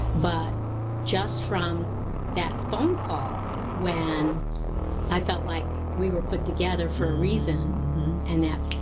but just from that phone call when i felt like we were put together for a reason and that,